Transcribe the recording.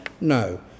No